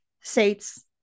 states